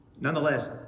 Nonetheless